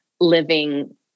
living